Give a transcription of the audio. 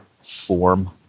form